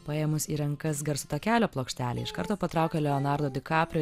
paėmus į rankas garso takelio plokštelę iš karto patraukia leonardo di kaprio